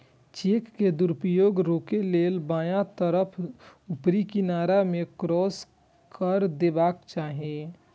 cheque के दुरुपयोग रोकै लेल बायां तरफ ऊपरी किनारा मे क्रास कैर देबाक चाही